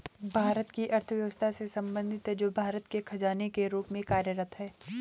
भारत की अर्थव्यवस्था से संबंधित है, जो भारत के खजाने के रूप में कार्यरत है